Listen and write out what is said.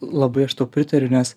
labai aš tau pritariu nes